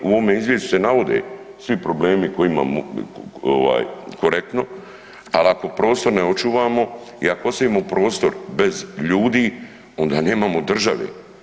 U ovome izvješću se navode svi problemi koje imamo ovaj korektno, al ako prostor ne očuvamo i ako ostavimo prostor bez ljudi onda nemamo države.